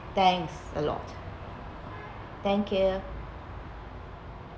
thanks a lot thank you